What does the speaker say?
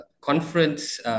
conference